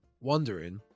wondering